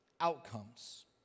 outcomes